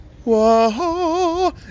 Whoa